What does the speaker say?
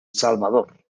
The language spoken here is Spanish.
salvador